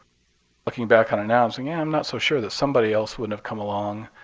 looking back on in now, i'm saying, yeah, i'm not so sure that somebody else would have come along.